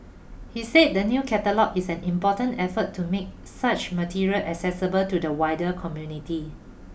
he said the new catalogue is an important effort to make such materials accessible to the wider community